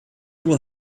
will